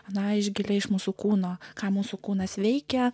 na iš giliai iš mūsų kūno ką mūsų kūnas veikia